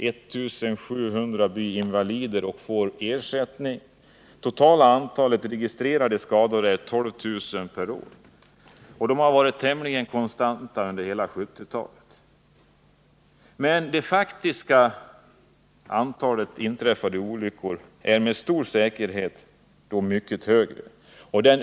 1 700 personer blir invalider och får ersättning. Det totala antalet registrerade skador per år är 12 000. Siffrorna har varit tämligen konstanta under hela 1970-talet. Men det faktiska antalet inträffade olyckor är med stor säkerhet mycket högre.